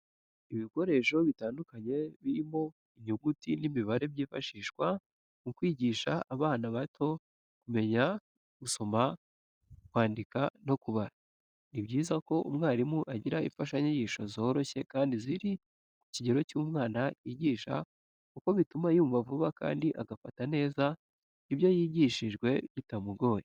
Ibikoresho bitandukanye birimo inyuguti n'imibare byifashishwa mu kwigisha abana bato kumenya gusoma kwandika no kubara. Ni byiza ko umwarimu agira imfashanyigisho zoroshye kandi ziri ku kigero cy'umwana yigisha kuko bituma yumva vuba kandi agafata neza ibyo yigishijwe bitamugoye